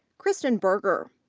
kristen burger.